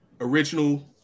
original